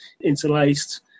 interlaced